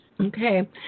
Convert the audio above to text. Okay